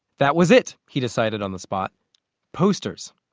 that was it, he decided on the spot posters.